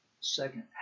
second